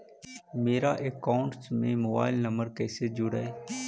मेरा अकाउंटस में mobile number कैसे जुड़उ?